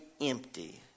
empty